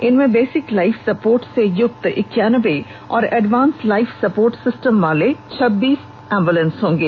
इनमें basic life support से युक्त इक्यानबे और एडवांस लाइफ सपोर्ट सिस्टम वाले छब्बीस एंबुलेंस होंगे